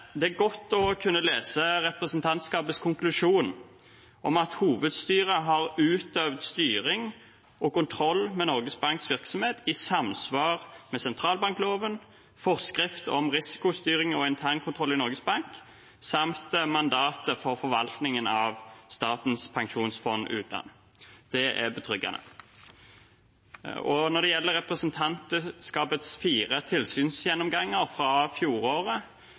Det er godt å kunne lese representantskapets konklusjon om at hovedstyret har utøvd styring og kontroll med Norges Banks virksomhet i samsvar med sentralbankloven, forskrift om risikostyring og internkontroll i Norges Bank samt mandatet for forvaltningen av Statens pensjonsfond utland. Det er betryggende. Når det gjelder representantskapets fire tilsynsgjennomganger fra fjoråret,